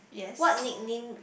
what nickname